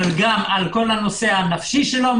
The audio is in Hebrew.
אבל גם על כל הנושא הנפשי שלו,